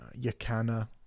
Yakana